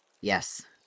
Yes